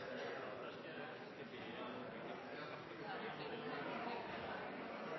Jeg antar at det her